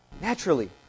Naturally